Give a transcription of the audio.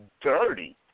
Dirty